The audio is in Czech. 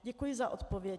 Děkuji za odpověď.